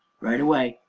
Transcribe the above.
right away!